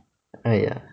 !aiya!